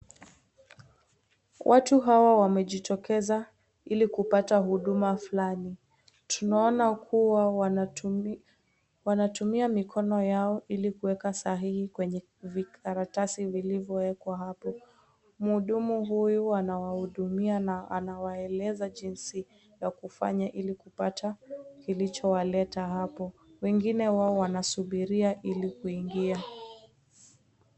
Watu hawa wamejitokeza Ili kupata huduma fulani. Tunaona huku wao wanatumia mikono yao Ili kuweka sahihi kwenye vijikaratasi vilivlyowekwa hapo. Mhudumu huyu anawahudumia na anawaeleza jinsi ya kufanya ili kupata kilichowaleta hapo. Wengine wao wanasubiria Ili kuingia.